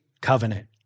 covenant